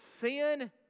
sin